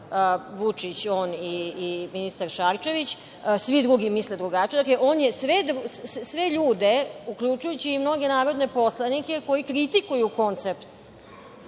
Vučić, on i ministar Šarčević. Svi drugi misle drugačije. On je sve ljude, uključujući mnoge narodne poslanike koji kritikuju koncept